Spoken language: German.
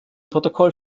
protokoll